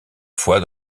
fois